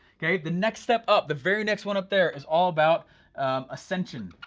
kay, the next step up, the very next one up there is all about ascension.